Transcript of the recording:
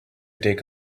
take